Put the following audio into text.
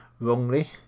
wrongly